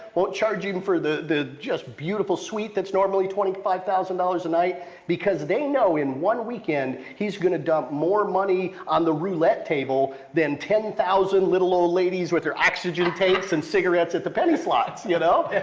won't charge him for the the just beautiful suite that's normally twenty five thousand dollars a night because they know in one weekend he's going to dump more money on the roulette table than ten thousand little old ladies with their oxygen tanks and cigarettes at the penny slots, you know. and